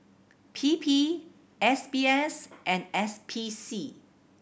P P S B S and S P C